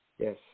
Yes